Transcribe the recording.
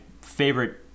favorite